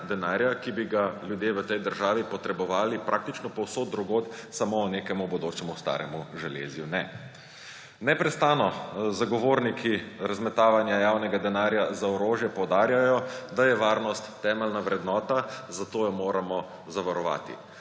denarja, ki bi ga ljudje v tej državi potrebovali praktično povsod drugod, samo v nekem bodočem starem železju ne. Neprestano zagovorniki razmetavanja javnega denarja za orožje poudarjajo, da je varnost temeljna vrednota, zato jo moramo zavarovati,